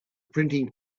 printing